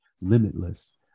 limitless